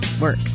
work